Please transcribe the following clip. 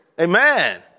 amen